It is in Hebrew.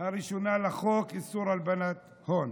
הראשונה לחוק איסור הלבנת הון,